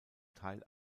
teil